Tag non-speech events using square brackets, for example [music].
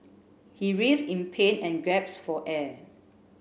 he [unintelligible] in pain and [unintelligible] for air